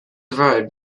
road